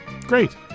Great